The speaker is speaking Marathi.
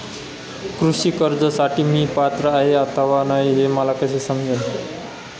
कृषी कर्जासाठी मी पात्र आहे अथवा नाही, हे मला कसे समजेल?